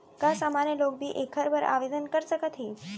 का सामान्य लोग भी एखर बर आवदेन कर सकत हे?